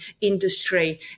industry